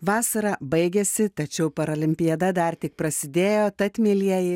vasara baigėsi tačiau paralimpiada dar tik prasidėjo tad mielieji